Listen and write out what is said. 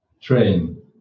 train